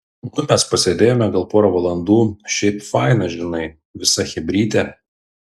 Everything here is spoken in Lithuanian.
nu mes pasėdėjome gal pora valandų šiaip faina žinai visa chebrytė